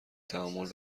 تعامل